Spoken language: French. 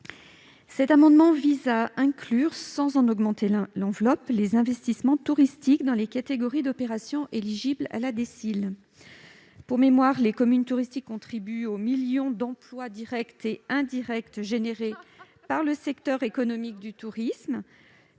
Cet amendement vise à inclure, sans en augmenter l'enveloppe, les investissements touristiques dans les catégories d'opérations éligibles à la DSIL. Pour mémoire, les communes touristiques contribuent aux millions d'emplois directs et indirects liés au secteur économique du tourisme,